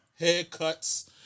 haircuts